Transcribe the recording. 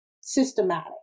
systematic